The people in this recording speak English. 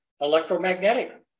electromagnetic